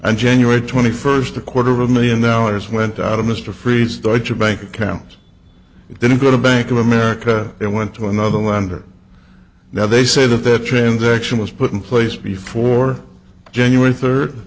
and january twenty first a quarter of a million hours went out of mr freeze that your bank account didn't go to bank of america it went to another lender now they say that that transaction was put in place before january third